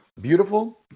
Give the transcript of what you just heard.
beautiful